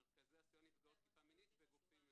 מרכזי הסיוע לנפגעות תקיפה מינית וגופים נוספים.